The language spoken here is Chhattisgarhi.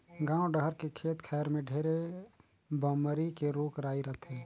गाँव डहर के खेत खायर में ढेरे बमरी के रूख राई रथे